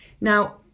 Now